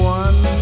one